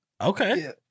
Okay